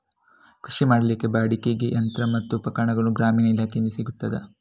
ಕೃಷಿ ಮಾಡಲಿಕ್ಕೆ ಬಾಡಿಗೆಗೆ ಯಂತ್ರ ಮತ್ತು ಉಪಕರಣಗಳು ಗ್ರಾಮೀಣ ಇಲಾಖೆಯಿಂದ ಸಿಗುತ್ತದಾ?